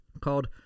called